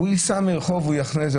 הוא ייסע והוא יחנה,